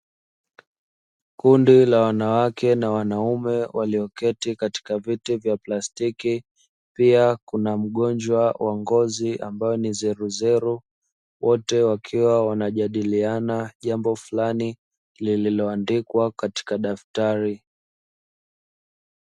Kundi la wanawake na wanaume walioketi katika viti vya plastiki pia kuna mgonjwa wa ngozi ambaye ni zeruzeru, wote wakiwa wanajadiliana jambo fulani lililoandikwa katika daftari.